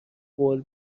قول